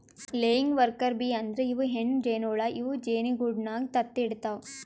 laying worker bee ಅಂದ್ರ ಇವ್ ಹೆಣ್ಣ್ ಜೇನಹುಳ ಇವ್ ಜೇನಿಗೂಡಿನಾಗ್ ತತ್ತಿ ಇಡತವ್